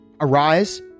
Arise